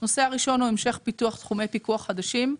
הנושא הראשון הוא המשך פיתוח תחומי פיקוח חדשים,